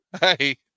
Hey